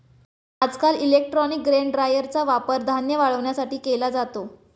आजकाल electronic grain ड्रायरचा वापर धान्य वाळवण्यासाठी केला जातो